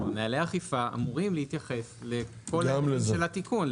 נהלי האכיפה אמורים להתייחס לכל ההיבטים של התיקון,